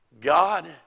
God